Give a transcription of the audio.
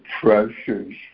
treasures